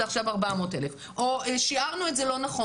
זה עכשיו 400,000 או שיערנו את זה לא נכון,